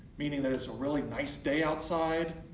meaning that it's a really nice day outside.